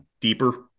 deeper